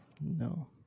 no